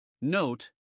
Note